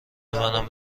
منم